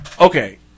okay